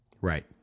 Right